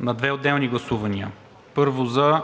на две отделни гласувания – първо, за